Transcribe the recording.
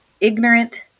ignorant